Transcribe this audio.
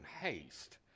haste